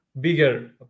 bigger